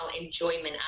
enjoyment